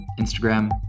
Instagram